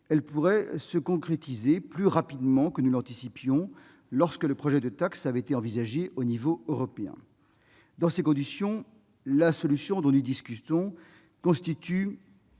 Elle pourrait se concrétiser plus rapidement que nous l'anticipions lorsque le projet de taxe avait été envisagé à l'échelon européen. Dans ces conditions, la solution dont nous discutons constitue